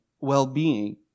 well-being